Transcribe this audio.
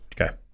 Okay